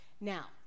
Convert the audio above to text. Now